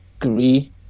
agree